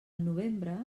novembre